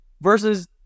versus